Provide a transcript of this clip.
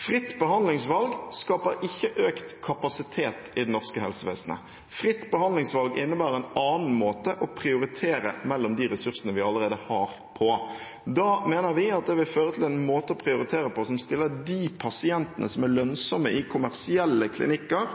Fritt behandlingsvalg skaper ikke økt kapasitet i det norske helsevesenet. Fritt behandlingsvalg innebærer en annen måte å prioritere mellom de ressursene vi allerede har, på. Da mener vi at det vil føre til en måte å prioritere på som stiller de pasientene som er lønnsomme i kommersielle klinikker,